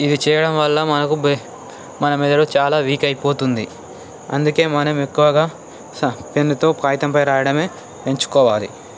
ఇవి చేయడం వల్ల మనకు బె మన మెదడు చాలా వీక్ అయిపోతుంది అందుకే మనం ఎక్కువగా స పెన్తో కాగితంపైరాయడమే ఎంచుకోవాలి